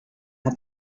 hat